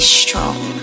strong